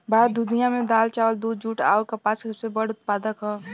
भारत दुनिया में दाल चावल दूध जूट आउर कपास के सबसे बड़ उत्पादक ह